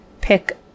pick